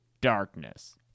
Darkness